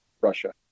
Russia